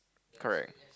correct